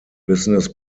business